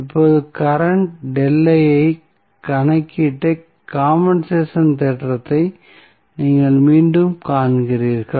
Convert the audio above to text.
இப்போது கரண்ட் இன் கணக்கீட்டை காம்பென்சேஷன் தேற்றத்தை நீங்கள் மீண்டும் காண்கிறீர்கள்